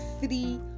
three